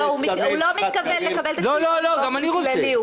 הוא לא מתכוון לקבל את הקריטריון באופן כללי.